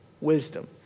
wisdom